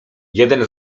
jeden